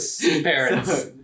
parents